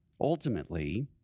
Ultimately